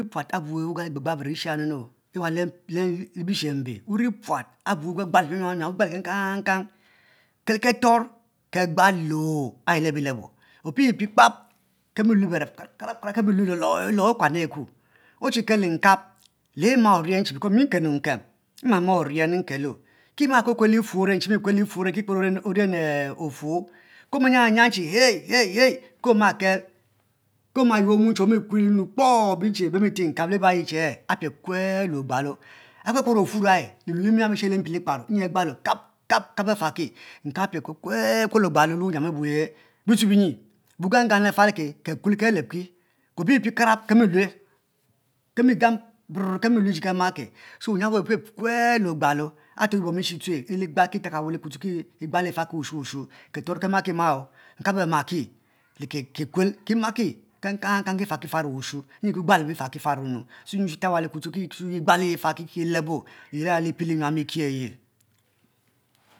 Wuyian wau wa puat abu wugbagba leshe aganu ewah le bishi mbe wuri puat abu wugbagba wagbalo kankan kang kei keton kegbalo ayi lebo lebo opipie kparap kemilue lo lolo okuan eku ochi tem le mkap mi mma onen ntenn nkem nkelo ki ma kuel kuel lifuor che kper nkem ofuor ke omayour omuen che hey hey hey ke omakel omi your nu che kpoo bieul che bemi stee nkap liba ayi che apie kue le ogbalo akperper ofuor ya, linue li me li misher ole mpi li kparo nyi agbulo kap kap kap afaki nkap apie kuekue le ogbalo le bitue binyi wuganpa lafal ke kikue ke leb ki opiepie karab ke mi lue kemi gan brap kemi lue ji kemake, so wuyan abue wupiekue le ogbalo aneto ban ishe tu egbalo ifakiwashu kefor, kemakima nkap amaki kikue kimaki kan kan kan kifar ki wughu wugbo wufaki mu yue tue gba lo ifaki ki lebo liye alia li pie nyam eki eye